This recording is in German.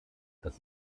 das